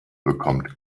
bekommt